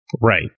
Right